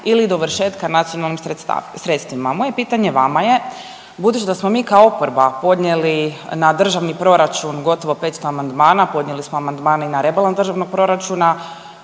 ili dovršetka nacionalnim sredstvima. Moje pitanje vama je budući da smo mi kao oporba podnijeli na državni proračun gotovo 500 amandmana, podnijeli smo amandmane i na rebalans državnog proračuna,